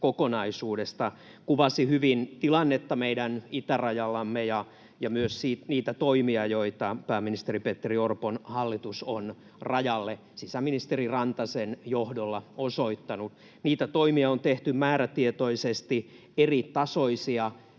kokonaisuudesta, kuvasi hyvin tilannetta meidän itärajallamme ja myös niitä toimia, joita pääministeri Petteri Orpon hallitus on rajalle sisäministeri Rantasen johdolla osoittanut. Niitä toimia on tehty määrätietoisesti eritasoisia,